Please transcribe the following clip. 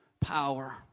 power